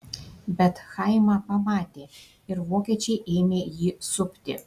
bet chaimą pamatė ir vokiečiai ėmė jį supti